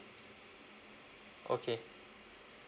okay